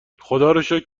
خداروشکر